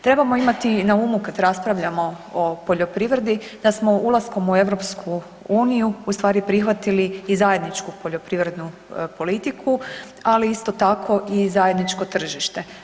Trebamo imati na umu kada raspravljamo o poljoprivredi da smo ulaskom u EU ustvari prihvatili i zajedničku poljoprivrednu politiku, ali isto tako i zajedničko tržište.